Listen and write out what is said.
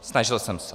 Snažil jsem se.